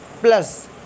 plus